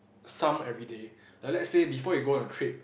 some everyday like let's say before you go on a trip